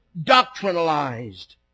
doctrinalized